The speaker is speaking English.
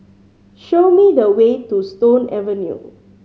show me the way to Stone Avenue